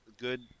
Good